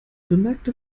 bemerkte